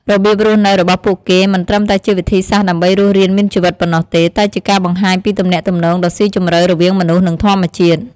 របៀបរស់នៅរបស់ពួកគេមិនត្រឹមតែជាវិធីសាស្រ្តដើម្បីរស់រានមានជីវិតប៉ុណ្ណោះទេ តែជាការបង្ហាញពីទំនាក់ទំនងដ៏ស៊ីជម្រៅរវាងមនុស្ស និងធម្មជាតិ។